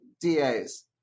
DAs